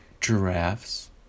Giraffes